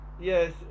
Yes